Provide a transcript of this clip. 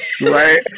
Right